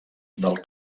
del